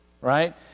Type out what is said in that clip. right